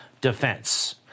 defense